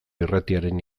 irratiaren